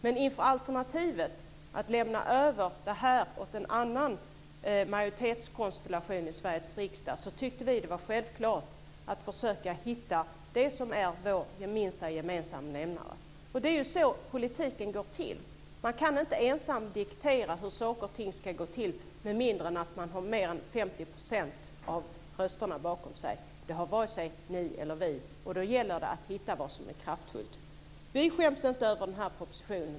Men inför alternativet att lämna över trafikpolitiken till en annan majoritetskonstellation i Sveriges riksdag tyckte vi det var självklart att försöka hitta det som är vår minsta gemensamma nämnare. Det är så politiken går till. Man kan inte ensam diktera hur saker och ting ska gå till med mindre än att man har mer än 50 % av rösterna bakom sig. Det har varken ni eller vi. Då gäller det att hitta vad som är kraftfullt. Vi skäms inte över propositionen.